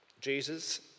Jesus